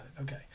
okay